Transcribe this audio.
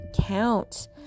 count